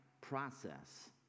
process